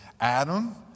Adam